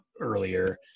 earlier